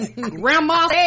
Grandma